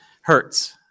Hertz